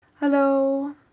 Hello